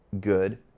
good